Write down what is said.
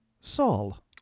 Saul